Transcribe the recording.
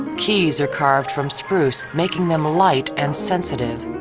keys are carved from spruce, making them light and sensitive.